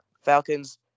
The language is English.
Falcons